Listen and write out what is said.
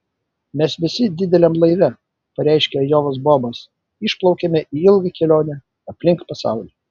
mes visi dideliam laive pareiškė ajovos bobas išplaukiame į ilgą kelionę aplink pasaulį